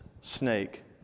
snake